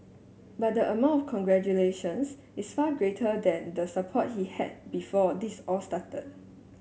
but the amount of congratulations is far greater than the support he had before this all started